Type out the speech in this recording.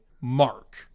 Mark